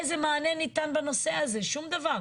איזה מענה קיים בנושא הזה, שום דבר.